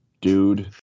dude